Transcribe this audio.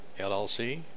LLC